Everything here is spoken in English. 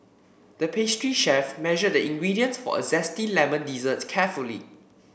the pastry chef measured the ingredients for a zesty lemon dessert carefully